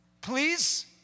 Please